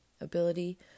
Ability